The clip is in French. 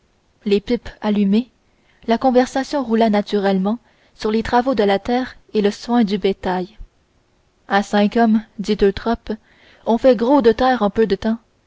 les pipes allumées la conversation roula naturellement sur les travaux de la terre et le soin du bétail à cinq hommes dit eutrope on fait gros d terre en peu de temps